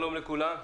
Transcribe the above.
שלום לכולם.